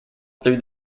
through